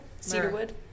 Cedarwood